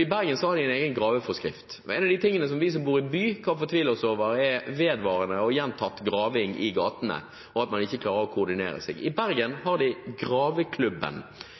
I Bergen har de en graveforskrift. En av de tingene som de som bor i by fortviler over, er vedvarende og gjentatt graving i gatene og at man ikke klarer å koordinere dette arbeidet. I Bergen